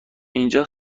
اینجا